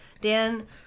dan